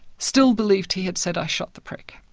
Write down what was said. still believed he had said i shot the prick,